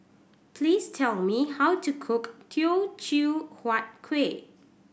please tell me how to cook Teochew Huat Kueh